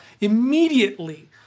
Immediately